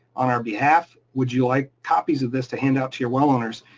on our behalf, would you like copies of this to hand out to your well owners,